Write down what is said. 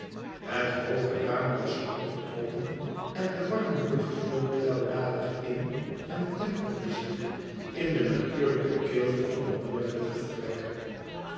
het hooge raam was opgetrokken en de warme lucht vloot weldadig in en temperde zich in de natuurlijke kilte van het noordelijke vertrek